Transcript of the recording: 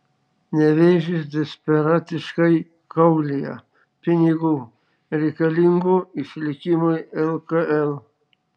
nevėžis desperatiškai kaulija pinigų reikalingų išlikimui lkl